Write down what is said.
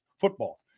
football